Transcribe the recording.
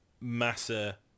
Massa